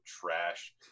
trash